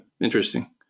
Interesting